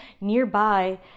nearby